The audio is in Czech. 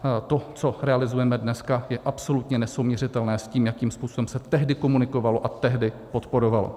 A to, co realizujeme dneska, je absolutně nesouměřitelné s tím, jakým způsobem se tehdy komunikovalo a tehdy podporovalo.